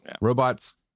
robots